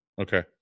okay